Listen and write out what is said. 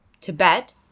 Tibet